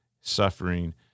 suffering